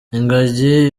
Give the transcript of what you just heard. ingagi